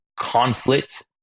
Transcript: conflict